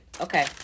Okay